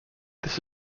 this